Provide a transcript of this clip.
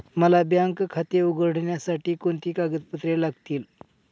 मला बँक खाते उघडण्यासाठी कोणती कागदपत्रे लागतील?